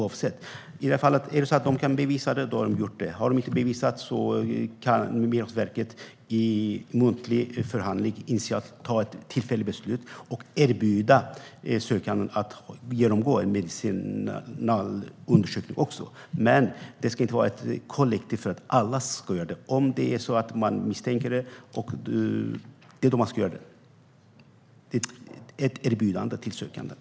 I det här fallet är det så att de som kan bevisa sin ålder har gjort det, och har de inte bevisat sin ålder kan Migrationsverket i muntlig förhandling initialt ta ett tillfälligt beslut och erbjuda sökanden att genomgå en medicinsk undersökning. Det ska dock inte vara kollektivt så att alla ska göra det. Om man misstänker något ska det göras. Det är ett erbjudande till sökanden.